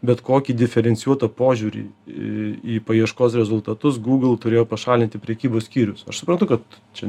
bet kokį diferencijuotą požiūrį į į paieškos rezultatus gūgl turėjo pašalinti prekybos skyrius aš suprantu kad čia